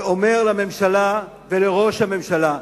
ואומר לממשלה ולראש הממשלה: